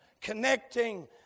connecting